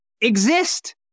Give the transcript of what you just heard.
exist